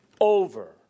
over